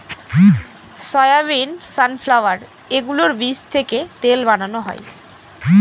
soybean, sunflower এগুলোর বীজ থেকে তেল বানানো হয়